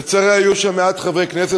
לצערי, היו שם מעט חברי כנסת.